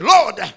Lord